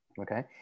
okay